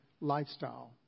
lifestyle